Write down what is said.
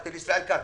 לישראל כץ.